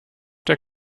der